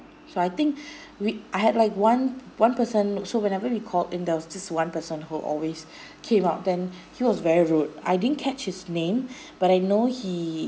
so I think we I had like one one person so whenever we called in the this one person who always came up then he was very rude I didn't catch his name but I know he